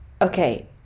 Okay